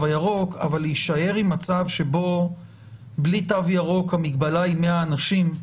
הירוק אבל להישאר עם מצב שבו בלי תו ירוק המגבלה היא 100 אנשים.